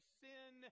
sin